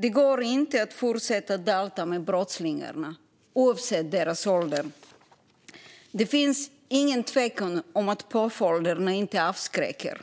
Det går inte att fortsätta dalta med brottslingarna, oavsett deras ålder. Det finns ingen tvekan om att påföljderna inte avskräcker.